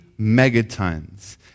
megatons